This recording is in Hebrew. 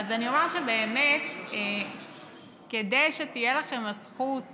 אז אני אומר שכדי שתהיה לכם הזכות